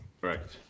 correct